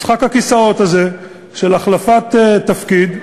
משחק הכיסאות הזה של החלפת תפקיד.